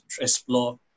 explore